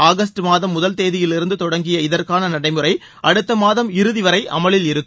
August மாதம் முதல் தேதியிலிருந்து தொடங்கிய இதற்கான நடைமுறை அடுத்த மாதம் இறுதி வரை அமலில் இருக்கும்